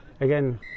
again